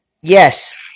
Yes